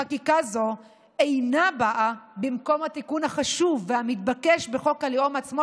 חקיקה זו אינה באה במקום התיקון החשוב והמתבקש בחוק הלאום עצמו,